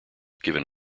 given